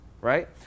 right